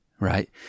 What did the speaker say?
Right